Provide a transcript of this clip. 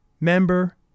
member